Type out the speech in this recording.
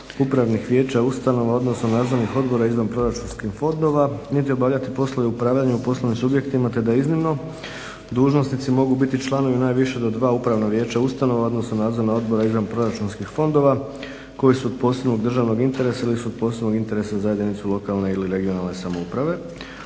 upravnih vijeća ustanova, odnosno nadzornih odbora izvanproračunskih fondova niti obavljati poslove upravljanja u poslovnim subjektima, te da iznimno dužnosnici mogu biti članovi najviše do dva upravna vijeća ustanova odnosno nadzorna odbora izvanproračunskih fondova koji su od posebnog državnog interesa ili su od posebnog interesa za jedinicu lokalne ili regionalne samouprave,